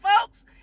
folks